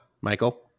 Michael